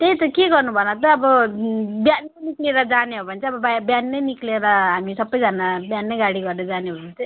त्यही त के गर्नु भन त अब बिहानै निक्लिएर जाने हो भने चाहिँ अब बिहानै निक्लिएर हामी सबैजना बिहानै गाडी गरेर जाने हो भने चाहिँ